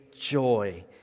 joy